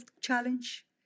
challenge